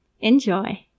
Enjoy